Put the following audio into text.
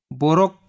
borok